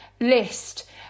list